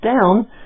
down